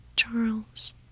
Charles